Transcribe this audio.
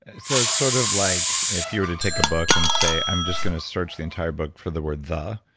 ah so, it's sort of like if you were to take a book and say, i'm just going to search the entire book for the word the,